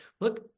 look